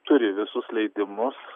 turi visus leidimus